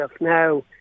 Now